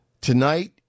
Tonight